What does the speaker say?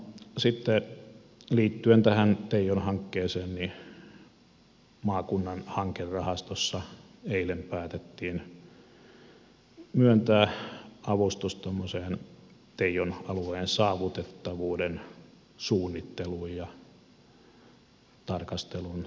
sitten liittyen tähän teijon hankkeeseen maakunnan hankerahastossa eilen päätettiin myöntää avustus teijon alueen saavutettavuuden suunnitteluun ja tarkasteluun